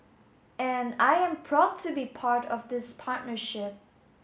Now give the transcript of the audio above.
and I am proud to be part of this partnership